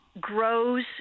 Grows